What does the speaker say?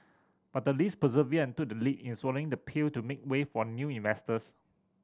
but the Lees persevered and took the lead in swallowing the pill to make way for new investors